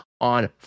on